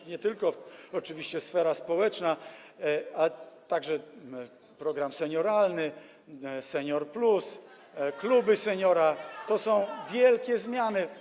To nie tylko oczywiście sfera społeczna, także program senioralny „Senior+”, kluby seniora, to są wielkie zmiany.